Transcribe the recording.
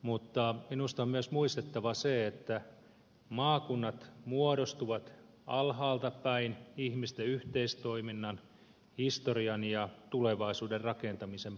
mutta minusta on myös muistettava se että maakunnat muodostuvat alhaalta päin ihmisten yhteistoiminnan historian ja tulevaisuuden rakentamisen pohjalta